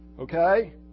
Okay